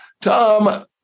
Tom